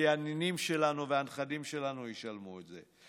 כי הנינים שלנו והנכדים שלנו ישלמו את זה.